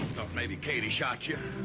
thought maybe katie shot you.